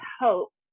hope